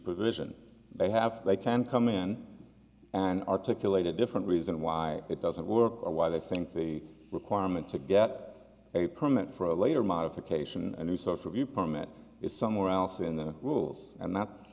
provision they have they can come in and articulate a different reason why it doesn't work or why they think the requirement to get a permit for a later modification a new source review permit is somewhere else in the rules and that